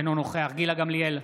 אינו נוכח גילה גמליאל,